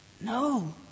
No